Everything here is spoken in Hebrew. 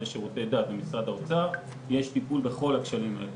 לשירותי דת ומשרד האוצר יש טיפול בכל הכשלים האלה.